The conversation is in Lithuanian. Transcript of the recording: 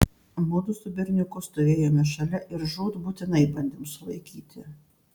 mudu su berniuku stovėjome šalia ir žūtbūtinai bandėm sulaikyti